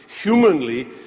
humanly